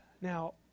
now